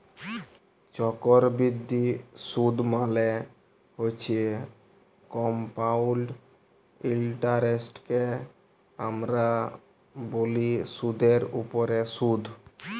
চক্করবিদ্ধি সুদ মালে হছে কমপাউল্ড ইলটারেস্টকে আমরা ব্যলি সুদের উপরে সুদ